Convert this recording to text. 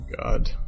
God